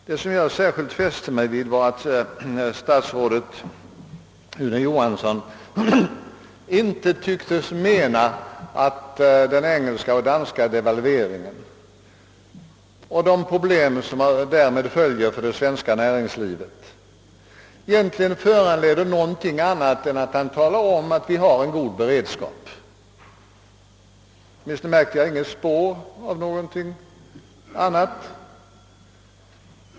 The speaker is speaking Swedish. Vad jag särskilt fäste mig vid i statsrådets anförande var att inrikesministern tydligen menade att devalveringen i England och Danmark samt de problem som därmed följer för det svenska näringslivet egentligen inte föranlett honom att tala om något annat än att vi har en god beredskap. I varje fall märkte inte jag ett spår av något annat.